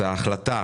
זו החלטה